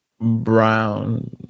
brown